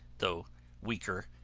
though weaker,